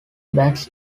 bats